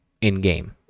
in-game